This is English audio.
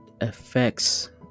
affects